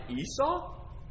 Esau